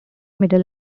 middle